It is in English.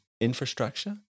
infrastructure